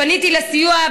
פניתי לסיוע,